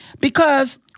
because-